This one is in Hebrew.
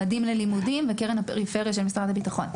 מדים ללימודים וקרן הפריפריה של משרד הביטחון.